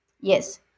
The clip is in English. Yes